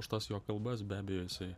aš tas jo kalbas be abejo jisai